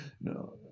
No